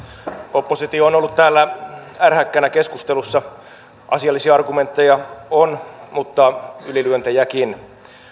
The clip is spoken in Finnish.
oppositio on ollut täällä ärhäkkänä keskustelussa asiallisia argumentteja on mutta ylilyöntejäkin